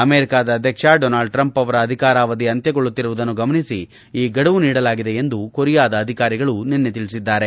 ಅಮೆರಿಕದ ಅಧ್ಯಕ್ಷ Donald Trump ಅವರ ಅಧಿಕಾರಾವಧಿ ಅಂತ್ಯಗೊಳ್ಳುತ್ತಿರುವುದನ್ನು ಗಮನಿಸಿ ಈ ಗಡುವು ನೀಡಲಾಗಿದೆ ಎಂದು ಕೊರಿಯಾದ ಅಧಿಕಾರಿಗಳು ನಿನ್ನೆ ತಿಳಿಸಿದ್ದಾರೆ